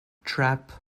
trap